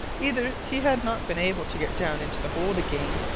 either he had not been able to get down into the hold again,